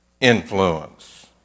influence